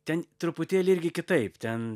ten truputėlį irgi kitaip ten